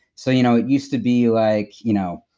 so, you know, it used to be, you like you know,